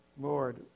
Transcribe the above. Lord